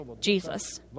Jesus